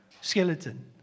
skeleton